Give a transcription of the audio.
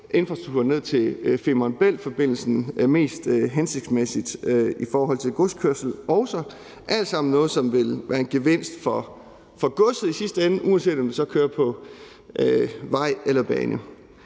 infrastrukturen ned til Femern Bælt-forbindelsen mest hensigtsmæssigt i forhold til også godskørsel. Det er alt sammen noget, som i sidste ende vil være en gevinst for godset, uanset om det så kører på vej eller bane.